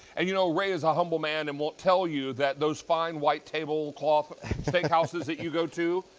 and you know ray is a humble man and won't tell you that those fine white tablecloth steakhouses that you go to,